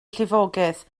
llifogydd